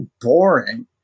boring